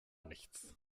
nichts